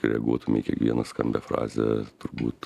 reaguotum į kiekvieną skambią frazę turbūt